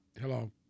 Hello